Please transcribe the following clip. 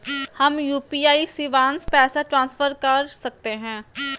हम यू.पी.आई शिवांश पैसा ट्रांसफर कर सकते हैं?